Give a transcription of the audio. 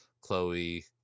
Chloe